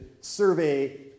survey